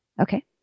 okay